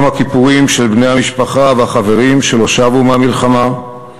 יום הכיפורים של בני המשפחה והחברים שלא שבו מהמלחמה,